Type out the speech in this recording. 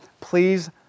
please